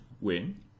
win